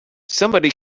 somebody